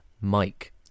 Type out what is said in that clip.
Mike